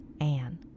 Anne